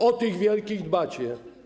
O tych wielkich dbacie.